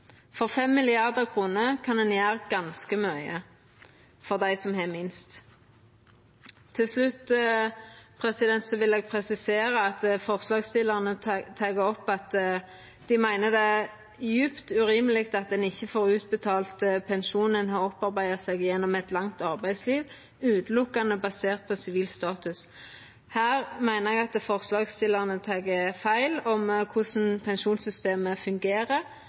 For 5 mrd. kr kan ein gjera ganske mykje for dei som har minst. Til slutt vil eg presisera at forslagsstillarane tek opp at dei meiner det er djupt urimeleg at ein ikkje får utbetalt pensjon ein har opparbeidd seg gjennom eit langt arbeidsliv, utelukkande basert på sivil status. Her meiner eg at forslagsstillarane tek feil om korleis pensjonssystemet fungerer.